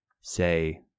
say